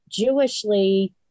Jewishly